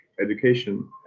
education